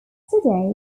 today